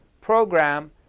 program